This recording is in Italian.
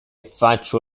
faccio